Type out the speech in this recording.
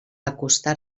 acostar